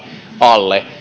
alle